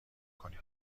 کنید